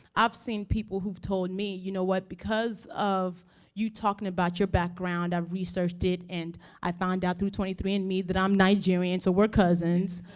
i've seen people who've told me, you know what? because of you talking about your background, i've researched it, and i found out through twenty three and me, i'm um nigeria, and so we're cousins.